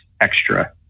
extra